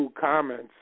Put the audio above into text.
comments